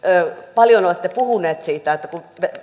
paljon olette puhuneet siitä että